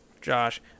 josh